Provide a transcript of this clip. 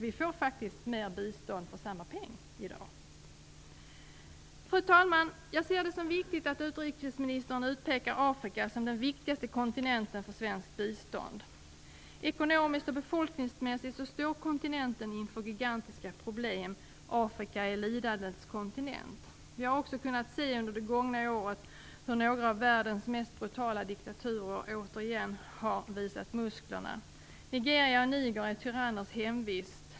Vi får därför faktiskt mer bistånd för samma pengar i dag. Fru talman! Jag ser det som viktigt att utrikesministern utpekar Afrika som den viktigaste kontinenten för svenskt bistånd. Ekonomiskt och befolkningsmässigt står kontinenten inför gigantiska problem. Afrika är lidandets kontinent. Vi har under det gångna året också kunnat se hur några av världens mest brutala diktaturer återigen har visat musklerna. Nigeria och Niger är tyranners hemvist.